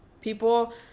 people